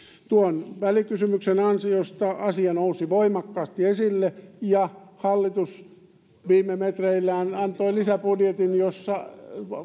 tuon välikysymyksen ansiosta asia nousi voimakkaasti esille ja hallitus viime metreillään antoi lisäbudjetin jossa